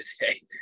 today